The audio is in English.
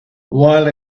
while